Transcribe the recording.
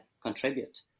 contribute